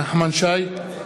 נחמן שי?